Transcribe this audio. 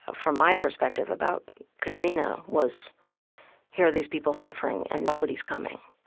ah from my perspective, about katrina, was here are these people suffering and nobody's coming.